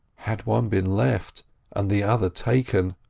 had one been left and the other taken!